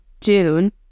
June